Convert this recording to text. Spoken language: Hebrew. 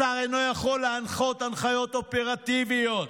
השר אינו יכול להנחות הנחיות אופרטיביות.